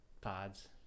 pods